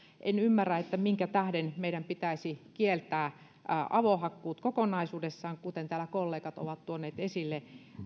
en ymmärrä minkä tähden meidän pitäisi kieltää avohakkuut kokonaisuudessaan kun täälläkin kollegat ovat tuoneet esille